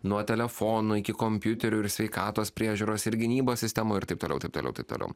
nuo telefonų iki kompiuterių ir sveikatos priežiūros ir gynybos sistemų ir taip toliau taip toliau taip toliau